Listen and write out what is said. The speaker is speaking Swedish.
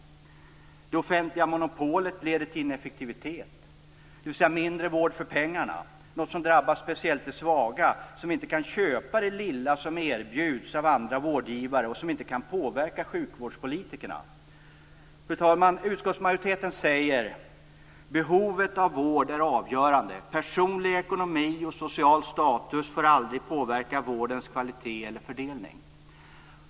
Det offentliga monopolet leder till ineffektivitet - dvs. till mindre vård för pengarna, något som drabbar speciellt de svaga som inte kan köpa det lilla som erbjuds av andra vårdgivare och som inte kan påverka sjukvårdpolitikerna. Fru talman! Utskottsmajoriteten säger:"Behovet av vård är avgörande. Personlig ekonomi eller social status får aldrig påverka vårdens kvalitet eller fördelning".